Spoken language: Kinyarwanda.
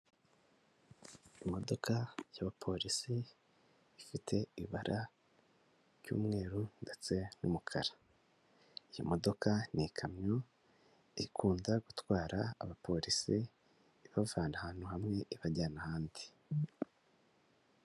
Imodoka y'abapolisi, ifite ibara ry'umweru ndetse n'umukara. Iyi modoka ni ikamyo, ikunda gutwara abapolisi ibavana ahantu hamwe ibajyana ahandi.